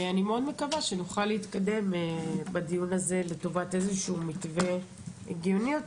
אני מאוד מקווה שנוכל להתקדם בדיון הזה לטובת איזשהו מתווה הגיוני יותר.